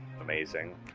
Amazing